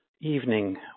evening